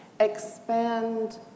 expand